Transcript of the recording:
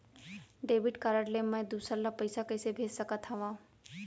Debit card ले मैं दूसर ला पइसा कइसे भेज सकत हओं?